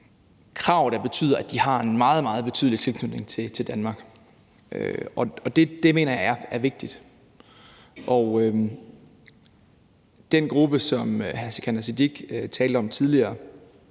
krav, der betyder, at de har en meget, meget betydelig tilknytning til Danmark. Det mener jeg er vigtigt. Og den gruppe, som hr. Sikandar Siddique talte om tidligere,